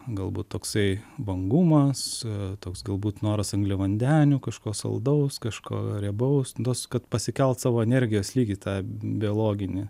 galbūt toksai vangumas toks galbūt noras angliavandenių kažko saldaus kažko riebaus tos kad pasikelt savo energijos lygį tą biologinį